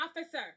officer